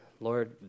Lord